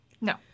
No